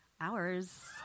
hours